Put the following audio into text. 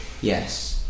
Yes